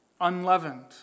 unleavened